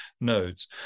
nodes